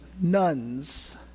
nuns